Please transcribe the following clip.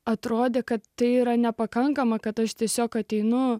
atrodė kad tai yra nepakankama kad aš tiesiog ateinu